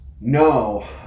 no